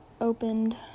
Opened